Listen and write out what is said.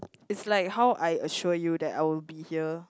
it's like how I assure you that I will be here